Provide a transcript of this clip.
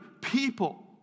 people